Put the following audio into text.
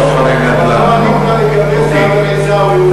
השר לביטחון הפנים.